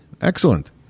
Excellent